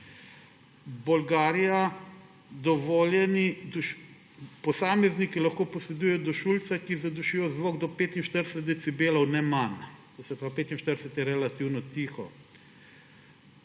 Bolgarija, posamezniki lahko posedujejo dušilce, ki zadušijo zvok do 45 decibelov, ne manj. 45 je relativno tiho.